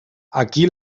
aquí